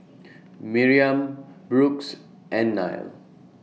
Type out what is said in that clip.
Miriam Brooks and Nile